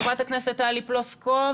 חברת הכנסת טלי פלוסקוב